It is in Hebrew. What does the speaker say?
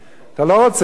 אתה לא רוצה, נכון?